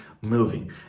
moving